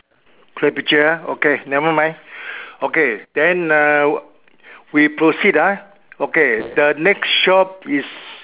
clear picture ah okay never mind okay then uh we proceed ah okay the next shop is